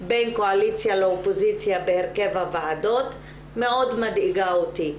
בין קואליציה לאופוזיציה בהרכב הוועדות מאוד מדאיג אותי.